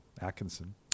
Atkinson